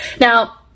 Now